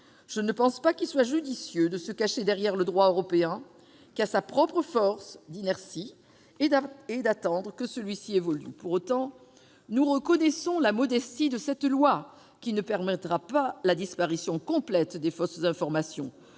je ne pense pas qu'il soit judicieux de se cacher derrière le droit européen, qui a sa propre force d'inertie, et d'attendre qu'il évolue. Pour autant, nous reconnaissons la modestie de cette proposition de loi, qui ne permettra pas la disparition complète des fausses informations